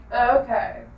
Okay